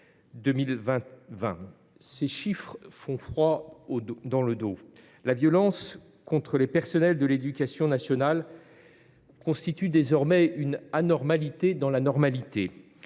Ces chiffres font froid dans le dos. La violence exercée contre les personnels de l’éducation nationale constitue désormais une « normalité dans l’anormalité